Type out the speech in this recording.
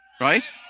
right